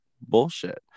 bullshit